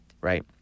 right